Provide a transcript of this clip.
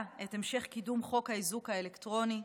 את המשך קידום חוק האיזוק האלקטרוני,